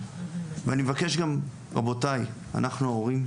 ואני מבקש גם רבותיי, אנחנו ההורים,